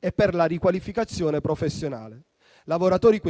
e per la riqualificazione professionale. Tali lavoratori